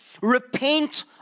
Repent